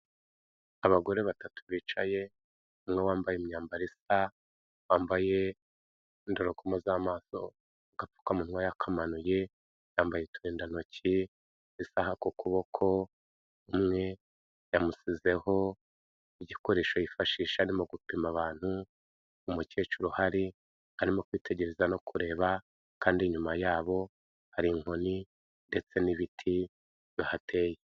Abagore batatu bicaye, umwe wambaye imyambaro isa, wambaye indorerwamo z'amaso, agapfukamuwa yakamanuye, yambaye uturindantoki, isaha ku kuboko umwe yamusizeho igikoresho yifashisha arimo gupima abantu, umukecuru uhari arimo kwitegereza no kureba kandi inyuma yabo hari inkoni ndetse n'ibiti bihateye.